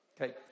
Okay